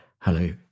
Hello